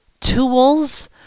tools